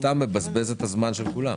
היעדר הנוסח סתם מבזבז את הזמן של כולם.